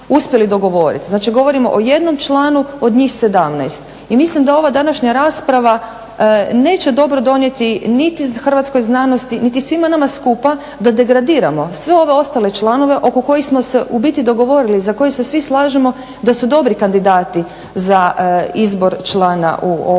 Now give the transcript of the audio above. uspjeli dogovoriti. Znači govorimo o jednom članu od njih 17. I mislim da ova današnja rasprava neće dobro donijeti niti hrvatskoj znanosti, niti svima nama skupa da degradiramo sve ove ostale članove oko kojih smo se u biti dogovorili za koje se svi slažemo da su dobri kandidati za izbor člana u ovo